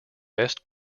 best